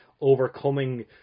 overcoming